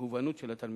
והמוגנות של התלמידים.